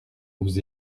vous